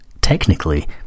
technically